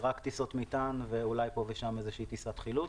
רק טיסות מטען ואולי פה ושם טיסת חילוץ.